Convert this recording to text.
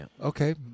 okay